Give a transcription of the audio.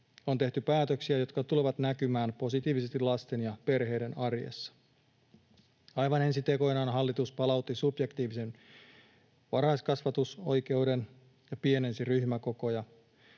On tehty päätöksiä, jotka tulevat näkymään positiivisesti lasten ja perheiden arjessa. Aivan ensi tekoinaan hallitus palautti subjektiivisen varhaiskasvatusoikeuden ja pienensi ryhmäkokoja.